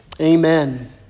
amen